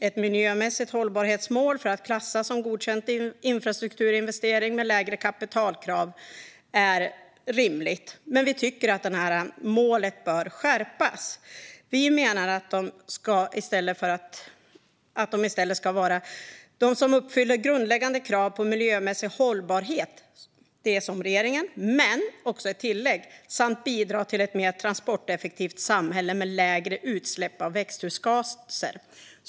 Ett miljömässigt hållbarhetsmål för att det ska klassas som godkänd infrastrukturinvestering med lägre kapitalkrav är rimligt. Vi tycker dock att målet bör skärpas. Vi vill ha ett tillägg om att det också ska bidra till ett mer transporteffektivt samhälle med lägre utsläpp av växthusgaser.